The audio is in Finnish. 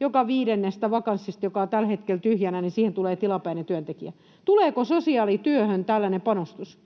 joka viidenteen vakanssiin, joka on tällä hetkellä tyhjänä, tulee tilapäinen työntekijä? Tuleeko sosiaalityöhön tällainen panostus,